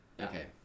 Okay